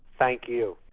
thank you.